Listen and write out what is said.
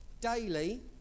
daily